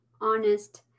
honest